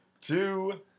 two